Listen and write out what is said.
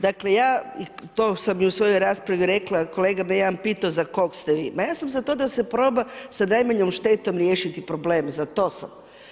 Dakle, ja i to sam i u svojoj raspravi rekla, kolega me jedan pitao za koga ste vi, ma ja sam za to da se proba sa najmanjom štetom riješiti problem, za to sam.